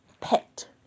pet